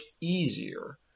easier